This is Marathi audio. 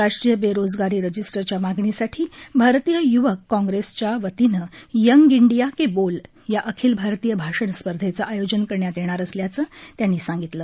राष्ट्रीय बेरोजगारी रजिस्टरच्या मागणीसाठी भारतीय य्वक काँग्रेसच्या वतीनं यंग इंडिया के बोल या अखिल भारतीय भाषण स्पर्धेचं आयोजन करण्यात येणार असल्याचं त्यांनी सांगितलं